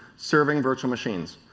server virtual machines.